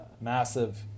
massive